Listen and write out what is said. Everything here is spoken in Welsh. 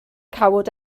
cawod